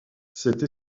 cette